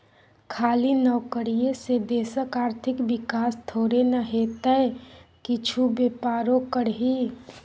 खाली नौकरीये से देशक आर्थिक विकास थोड़े न हेतै किछु बेपारो करही